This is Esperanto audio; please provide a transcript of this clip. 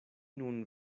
nun